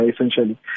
essentially